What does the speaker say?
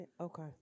Okay